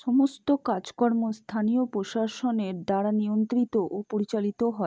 সমস্ত কাজকর্ম স্থানীয় প্রশাসনের দ্বারা নিয়ন্ত্রিত ও পরিচালিত হয়